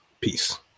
Peace